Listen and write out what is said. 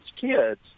kids